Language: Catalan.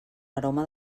aroma